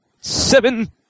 Seven